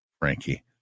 Frankie